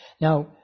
Now